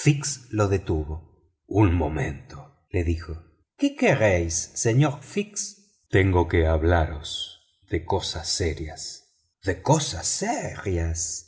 lo detuvo un momento le dijo qué queréis señor fix tengo que hablaros de cosas serias de cosas serias